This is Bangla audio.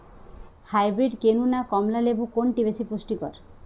হাইব্রীড কেনু না কমলা লেবু কোনটি বেশি পুষ্টিকর?